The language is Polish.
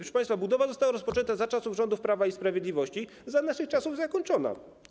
Proszę państwa, budowa została rozpoczęta za czasów rządu Prawa i Sprawiedliwości, za naszych czasów zakończona.